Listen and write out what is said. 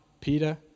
Peter